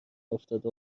افتاده